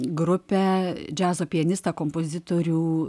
grupę džiazo pianistą kompozitorių